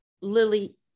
Lily